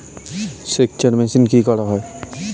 সেকচার মেশিন কি করা হয়?